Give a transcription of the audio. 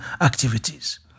activities